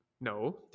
no